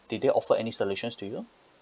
did they offer any solutions to you